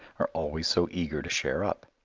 are always so eager to share up.